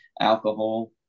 alcohol